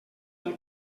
del